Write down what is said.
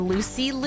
Lucy